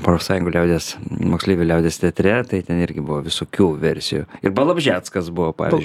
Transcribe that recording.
profsąjungų liaudies moksleivių liaudies teatre tai ten irgi buvo visokių versijų ir balobžiatskas buvo pavyzdžiui